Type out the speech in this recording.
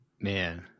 Man